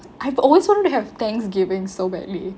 I've always wanted to have thanksgiving so badly